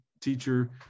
teacher